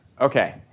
Okay